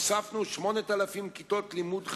הוספנו 8,000 כיתות לימוד חדשות,